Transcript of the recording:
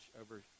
over